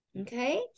Okay